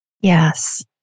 Yes